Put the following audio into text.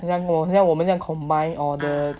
很像我们这样 combine order